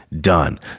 done